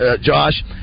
Josh